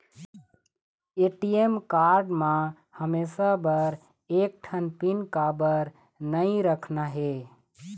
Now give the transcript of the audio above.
ATM card म हमेशा बर एक ठन पिन काबर नई रखना हे?